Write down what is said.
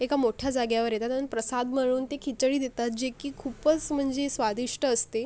एका मोठ्या जाग्यावर येतात आणि प्रसाद म्हणून ते खिचडी देतात जे की खूपच म्हणजे स्वादिष्ट असते